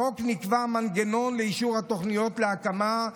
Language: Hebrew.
בחוק נקבע מנגנון לאישור התוכניות להקמה,